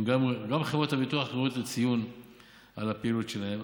גם חברות הביטוח ראויות לציון על הפעילות שלהן.